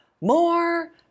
more